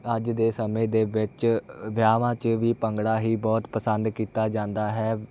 ਅੱਜ ਦੇ ਸਮੇਂ ਦੇ ਵਿੱਚ ਵਿਆਹਾਂ 'ਚ ਵੀ ਭੰਗੜਾ ਹੀ ਬਹੁਤ ਪਸੰਦ ਕੀਤਾ ਜਾਂਦਾ ਹੈ